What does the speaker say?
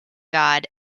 god